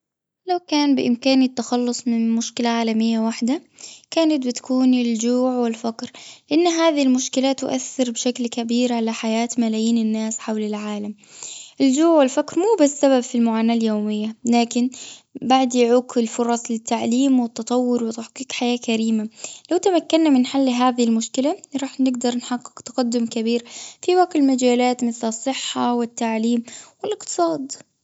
لو كان بإمكاني التخلص من مشكلة عالمية واحدة كانت بتكون الجوع والفقر لأن هذه المشكلة تؤثر بشكل كبير على حياة ملايين الناس حول العالم. الجوع و الفقر مو بس السبب في المعاناة اليومية لكن بعد يعوق الفرص للتعليم والتطور وتحقيق حياة كريمة لو تمكنا من حل هذه المشكلة راح نقدر نحقق تقدم كبير في باقي المجالات مثل الصحة والتعليم والأقتصاد.